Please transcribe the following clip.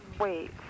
wait